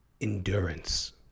endurance